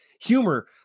humor